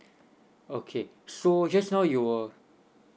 okay so just now you were